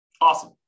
Awesome